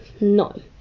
No